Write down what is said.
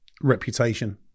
reputation